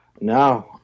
no